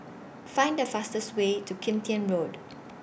Find The fastest Way to Kim Tian Road